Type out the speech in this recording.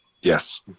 Yes